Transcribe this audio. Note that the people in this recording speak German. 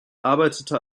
arbeitete